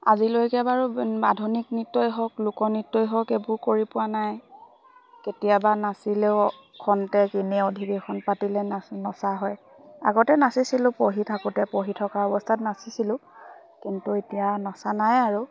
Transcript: আজিলৈকে বাৰু আধুনিক নৃত্যই হওক লোক নৃত্যই হওক এইবোৰ কৰি পোৱা নাই কেতিয়াবা নাচেও খতে কনে অধৱেশেশখন পাতিলে না নচা হয় আগতে নাচিছিলোঁ পঢ়ি থাকোঁতে পঢ়ি থকা অৱস্থাত নাচিছিলোঁ কিন্তু এতিয়া নচা নাই আৰু